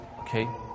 Okay